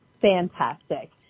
fantastic